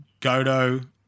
Godo